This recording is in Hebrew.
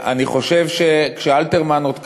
אני חושב שכשאלתרמן עוד כתב: